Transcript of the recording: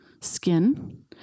skin